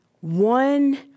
One